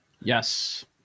Yes